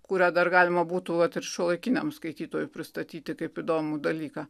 kurią dar galima būtų vat ir šiuolaikiniam skaitytojui pristatyti kaip įdomų dalyką